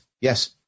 Yes